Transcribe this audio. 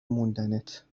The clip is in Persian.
موندنت